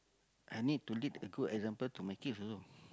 I need to lead a good example to my kid also